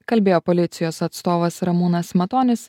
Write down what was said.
kalbėjo policijos atstovas ramūnas matonis